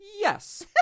Yes